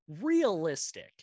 realistic